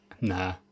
Nah